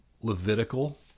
Levitical